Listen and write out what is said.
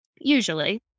usually